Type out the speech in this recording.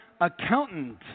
accountant